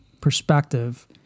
perspective